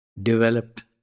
developed